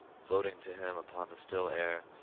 floating to him upon the still air,